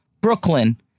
Brooklyn